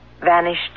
vanished